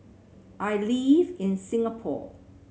I live in Singapore